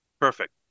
Perfect